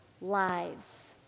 lives